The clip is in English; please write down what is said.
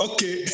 Okay